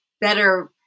better